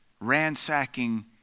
ransacking